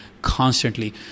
constantly